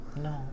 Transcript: No